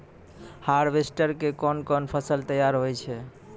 Harvester के कोन कोन फसल तैयार होय छै?